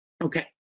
Okay